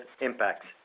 impacts